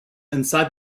inside